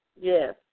Yes